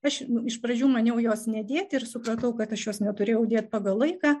aš iš pradžių maniau jos nedėti ir supratau kad aš jos neturėjau dėt pagal laiką